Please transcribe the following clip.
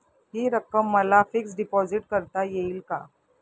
हि रक्कम मला फिक्स डिपॉझिट करता येईल का?